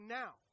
now